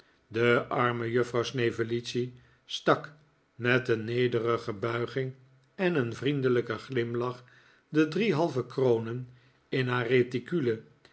de arme juffrouw snevellicci stak met een nederige buiging en een vriendelijken glimlach de drie halve kronen in haar